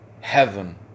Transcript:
heaven